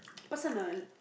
personal